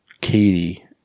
Katie